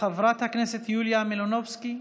חברת הכנסת יוליה מלינובסקי,